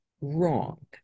wrong